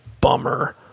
bummer